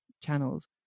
channels